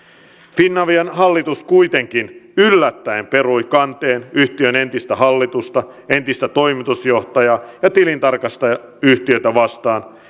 finavian hallitus kuitenkin yllättäen perui kanteen yhtiön entistä hallitusta entistä toimitusjohtajaa ja tilintarkastusyhtiötä vastaan